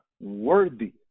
worthy